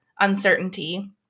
uncertainty